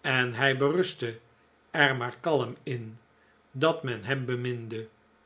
en hij berustte er maar kalm in dat men hem beminde